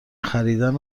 خریدن